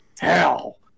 Hell